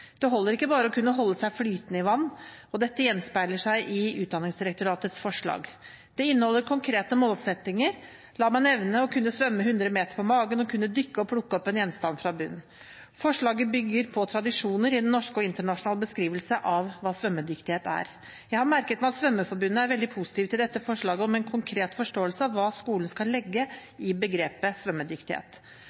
Det holder ikke bare å kunne holde seg flytende i vann, og dette gjenspeiler seg i Utdanningsdirektoratets forslag. Det inneholder konkrete målsettinger. La meg nevne noen: å kunne svømme hundre meter på magen og å kunne dykke og plukke opp en gjenstand fra bunnen. Forslaget bygger på tradisjoner i norsk og internasjonal beskrivelse av hva svømmedyktighet er. Jeg har merket meg at Svømmeforbundet er veldig positive til dette forslaget om en konkret forståelse av hva skolen skal legge i begrepet